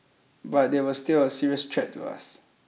but they were still a serious threat to us